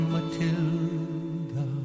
Matilda